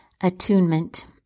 Attunement